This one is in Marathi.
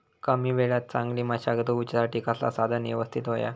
कमी वेळात चांगली मशागत होऊच्यासाठी कसला साधन यवस्तित होया?